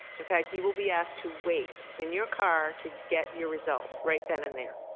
in fact, you will be asked to wait in your car to get your results right then and there.